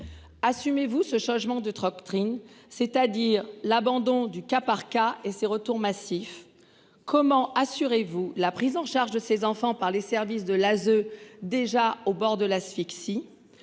Assumez-vous ce changement de troc Trinh, c'est-à-dire l'abandon du cas par cas et ces retours massifs. Comment. Assurez-vous la prise en charge de ces enfants par les services de l'ASE déjà au bord de l'asphyxie,